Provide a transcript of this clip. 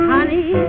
Honey